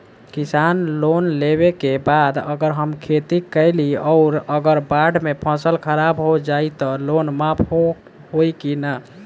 किसान लोन लेबे के बाद अगर हम खेती कैलि अउर अगर बाढ़ मे फसल खराब हो जाई त लोन माफ होई कि न?